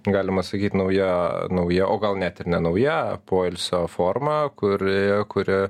galima sakyt nauja nauja o gal net ir ne nauja poilsio forma kuri kuria